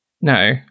No